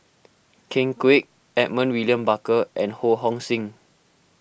Ken Kwek Edmund William Barker and Ho Hong Sing